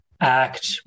ACT